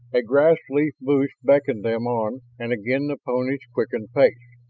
a grass-leaf bush beckoned them on and again the ponies quickened pace,